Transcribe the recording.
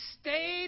stayed